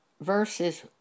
verses